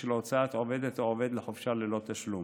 של הוצאת עובדת או עובד לחופשה ללא תשלום.